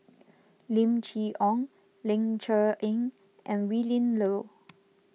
Lim Chee Onn Ling Cher Eng and Willin Low